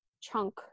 chunk